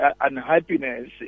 unhappiness